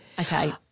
okay